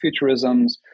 futurisms